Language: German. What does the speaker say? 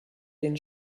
den